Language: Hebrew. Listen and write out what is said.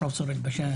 פרופסור אלבשן,